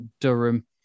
Durham